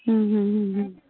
ਹਮ ਹਮ ਹਮ ਹਮ